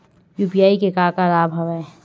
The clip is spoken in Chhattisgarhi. यू.पी.आई के का का लाभ हवय?